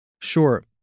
Sure